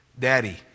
daddy